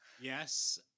Yes